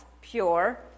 pure